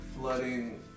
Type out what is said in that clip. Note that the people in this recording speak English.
flooding